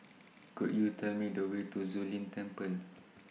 Could YOU Tell Me The Way to Zu Lin Temple